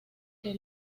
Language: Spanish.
que